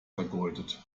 vergeudet